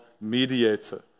mediator